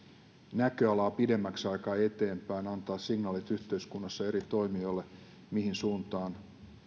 näköalaa pidemmäksi aikaa eteenpäin antaa signaalit yhteiskunnassa eri toimijoille siitä mihin suuntaan